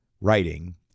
Writing